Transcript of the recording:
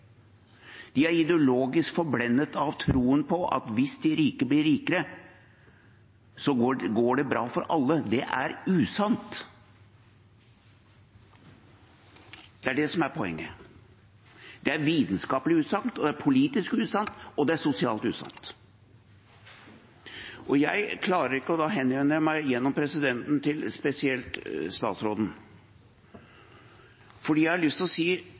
De er ideologisk forblindet av troen på at hvis de rike blir rikere, går det bra for alle. Det er usant. Det er det som er poenget. Det er vitenskapelig usant, politisk usant og sosialt usant. Jeg forstår ikke og har aldri forstått – og nå henvender jeg meg spesielt til statsråden – at folk som representerer den politiske linjen som statsråden